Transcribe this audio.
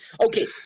Okay